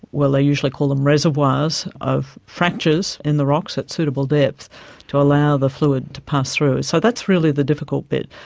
well, they usually call them reservoirs of fractures in the rocks at suitable depth to allow the fluid to pass through. so that's really the difficult bit.